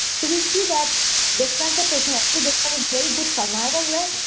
so, we see that breast cancer patient or a very good survival rate.